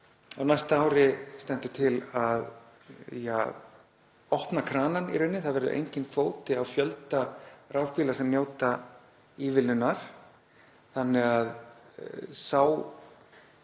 á næsta ári stendur til að opna kranann í rauninni. Það verður enginn kvóti á fjölda rafbíla sem njóta ívilnunar þannig að sá